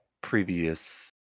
previous